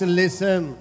listen